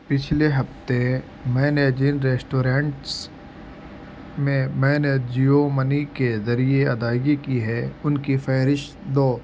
پچھلے ہفتے میں نے جن ریسٹورنٹس میں میں نے جیو منی کے ذریعے ادائیگی کی ہے ان کی فہرشت دو